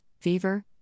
Fever